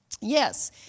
Yes